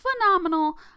phenomenal